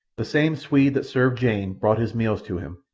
the same swede that served jane brought his meals to him,